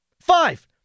Five